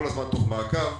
כל הזמן תוך מעקב,